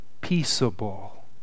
peaceable